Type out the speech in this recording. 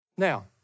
Now